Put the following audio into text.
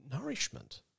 nourishment